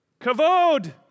Kavod